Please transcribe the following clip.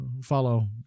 follow